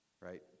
right